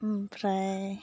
ओमफ्राय